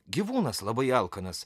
gyvūnas labai alkanas